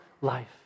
life